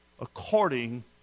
according